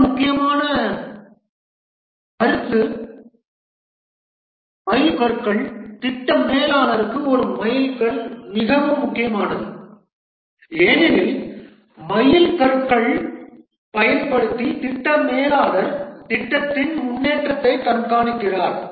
மற்றொரு முக்கியமான கருத்து மைல்கற்கள் திட்ட மேலாளருக்கு ஒரு மைல்கல் மிகவும் முக்கியமானது ஏனெனில் மைல்கற்களைப் பயன்படுத்தி திட்ட மேலாளர் திட்டத்தின் முன்னேற்றத்தைக் கண்காணிக்கிறார்